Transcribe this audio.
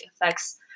affects